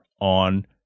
On